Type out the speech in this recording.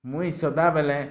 ମୁଇଁ ସଦାବେଲେ